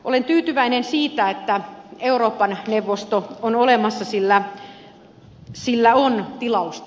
olen tyytyväinen siitä että euroopan neuvosto on olemassa sillä sille on tilausta